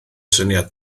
syniad